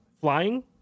flying